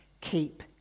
Keep